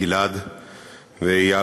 גיל-עד ואיל,